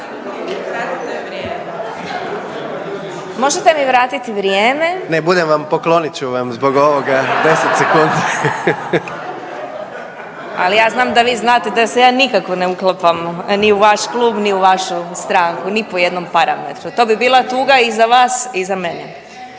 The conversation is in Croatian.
Gordan (HDZ)** Ne, budem vam poklonit ću vam zbog ovoga 10 sekundi. **Glasovac, Sabina (SDP)** Ali ja znam da vi znate da se ja nikako ne uklapam ni u vaš klub ni u vašu stranku ni po jednom parametru. To bi bila tuga i za vas i za mene.